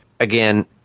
Again